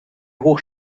hoch